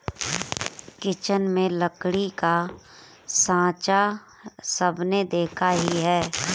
kitchen में लकड़ी का साँचा सबने देखा ही है